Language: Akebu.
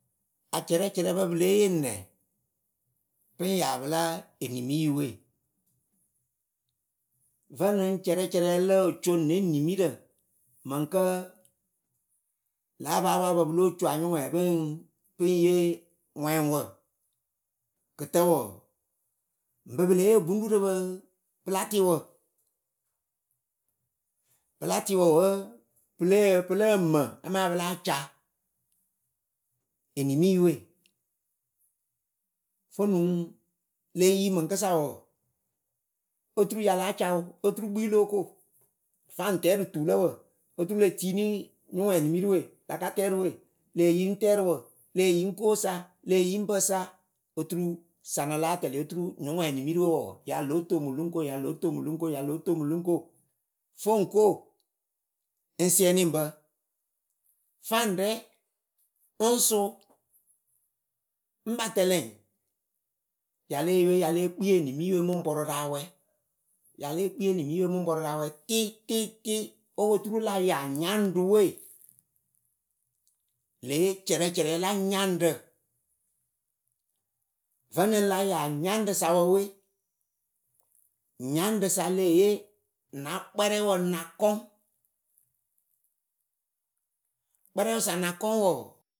Acɛrɛcɛrɛpǝ pɨ lée yee nɛ pɨŋ ya pɨla enimiyɨwe? venɨŋ cɛrɛcɛrɛ lǝ co ne nimirǝ mɨŋkǝ lǎ apaapapǝ pɨlo co anyʊŋwɛɛyǝ pɨŋ yee ŋwɛŋwǝ kɨtǝ wɔɔ, bɨ pɨ lée yeewu bɨŋ ru rɨ pɨ pɨla tɩwǝ pɨla tɩwǝ wǝ pɨ lǝ́ǝ mǝ amaa pɨla ca enimiyɨwe fonuŋ le yi mɨŋkɨsa wɔɔ, oturu ya la ca wɨ oturu kpi lóo ko faŋ tɛ rɨ tulǝwǝ oturu le tiini ŋʊwɛnimirɨwe la ka tɛ rɨ we. Lee yi ŋ tɛ rɨ wǝ lée yi ŋ ko sa, lée yi ŋ pǝ sa oturu sanɨ láa tɛlɩ oturu ŋʊŋwɛnimirɨwe wɔɔ ya lóo tomu lɨŋ ko ya lóo tomu lɨŋ ko ya lóo tomu lɨŋ ko foŋ ko ŋ sɩɛnɩ ŋ bǝ, faŋ rɛ ŋ sʊ, ŋ ba tɛlɛŋ. yale yeeyǝwe ya lée kpi enimiyɨwe mɨŋ pɔrʊ ra wɛ, ya lée kpi enimiyɨwe mɨŋ pɔrʊ ra wɛ tɩ tɩ tɩ opoturu la ya nyaŋɖɨ we. le yee cɛrɛcɛrɛ la nyaŋɖǝ. Vǝnɨŋ la ya nyaŋɖɨ sa wǝ we, nyaŋɖɨ sa leh yee nä kpɛrɛwǝ na kɔŋ. Kpɛrɛwɨsa na kɔŋ wɔɔ.